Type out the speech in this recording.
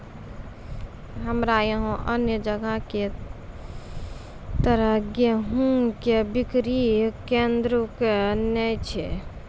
हमरा यहाँ अन्य जगह की तरह गेहूँ के बिक्री केन्द्रऽक नैय छैय?